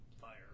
fire